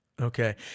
Okay